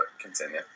continue